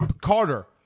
Carter